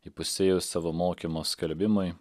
įpusėjus savo mokymo skelbimui